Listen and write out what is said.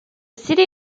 city